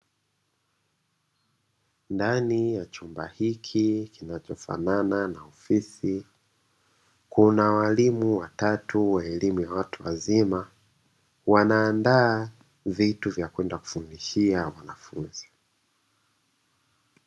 Ndani ya chumba hiki kinachofanana na ofisi, kuna walimu watatu wa elimu ya watu wazima wanaandaa vitu vya kwenda kufundishia wanafunzi.